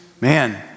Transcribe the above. Man